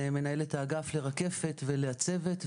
למנהלת האגף רקפת ולצוות.